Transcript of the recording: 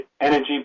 energy